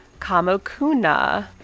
Kamokuna